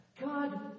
God